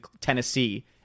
Tennessee